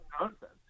nonsense